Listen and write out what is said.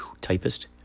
typist